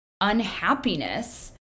unhappiness